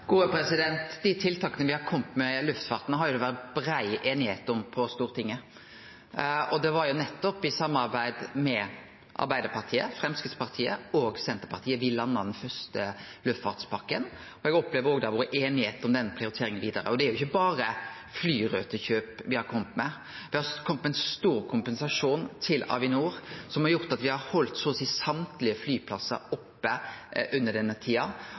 Dei tiltaka me har kome med i luftfarten, har det vore brei einigheit om på Stortinget. Det var nettopp i samarbeid med Arbeidarpartiet, Framstegspartiet og Senterpartiet me landa den første luftfartspakken. Eg opplever òg at det har vore einigheit om prioriteringa vidare. Det er ikkje berre flyrutekjøp me har kome med. Me har òg kome med ein stor kompensasjon til Avinor, som har gjort at me har halde så å seie alle flyplassar opne under denne tida.